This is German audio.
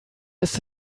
ist